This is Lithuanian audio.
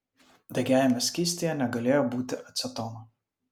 degiajame skystyje negalėjo būti acetono